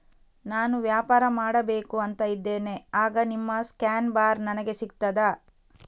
ನಾನು ವ್ಯಾಪಾರ ಮಾಡಬೇಕು ಅಂತ ಇದ್ದೇನೆ, ಆಗ ನಿಮ್ಮ ಸ್ಕ್ಯಾನ್ ಬಾರ್ ನನಗೆ ಸಿಗ್ತದಾ?